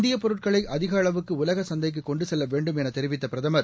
இந்தியப் பொருட்களை அதிக அளவுக்கு உலக சந்தைக்கு கொண்டு கெல்ல வேண்டும் என தெரிவித்த பிரதமர்